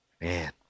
man